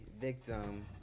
victim